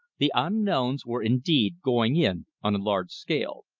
the unknowns were indeed going in on a large scale.